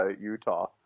Utah